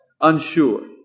unsure